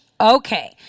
okay